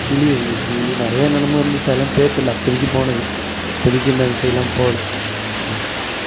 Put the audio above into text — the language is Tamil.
கிளி இருந்துச்சு நிறையா என்னென்னமோ இருந்துச்சு அதெல்லாம் பேர் தெரில அப்போதிக்கு போனது இப்போதிக்கு இன்னும் அந்த சைட் எல்லாம் போகல ம்